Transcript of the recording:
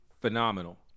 phenomenal